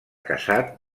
casat